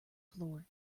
floor